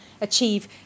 achieve